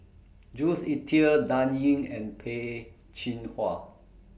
Jules Itier Dan Ying and Peh Chin Hua